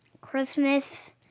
Christmas